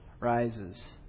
rises